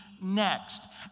next